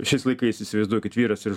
šiais laikais įsivaizduokit vyras ir